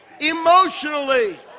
emotionally